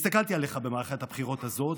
הסתכלתי עליך במערכת הבחירות הזאת,